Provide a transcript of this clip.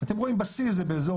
אתם רואים בשיא, זה באזור